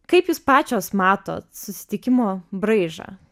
kaip jūs pačios matot susitikimo braižą